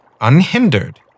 unhindered